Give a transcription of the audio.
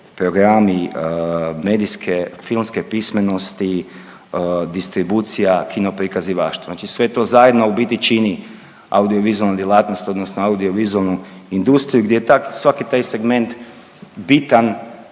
programi medijske filmske pismenosti, distribucija, kino prikazivaštvo znači sve to zajedno u biti čini audiovizualnu djelatnost odnosno audiovizualnu industriju gdje je svaki taj segment bitan